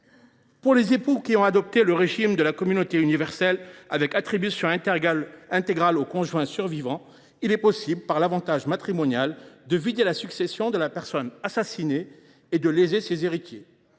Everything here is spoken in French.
Pour les époux ayant adopté le régime de la communauté universelle avec attribution intégrale au conjoint survivant, il est possible, par l’avantage matrimonial, de vider la succession de la personne assassinée et de léser ses héritiers.